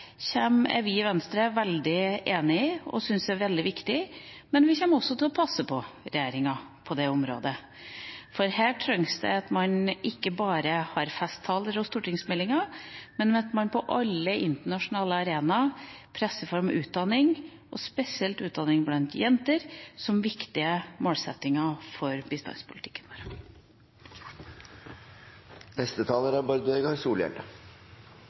er vi i Venstre veldig enig i og syns er veldig viktig. Vi kommer også til å passe på regjeringa på det området, for her trengs det ikke bare at man har festtaler og stortingsmeldinger, men at man på alle internasjonale arenaer presser fram utdanning, og spesielt utdanning blant jenter, som viktige målsettinger for bistandspolitikken vår. Eit barn med ein skulesekk er